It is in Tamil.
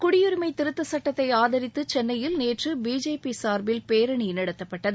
குடியுரிமை திருத்த சட்டத்தை ஆதரித்து சென்னையில் நேற்று பிஜேபி சார்பில் பேரணி நடத்தப்பட்டது